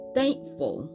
thankful